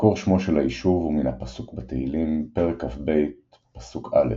מקור שמו של היישוב הוא מן הפסוק בתהילים פרק כ"ב פסוק א'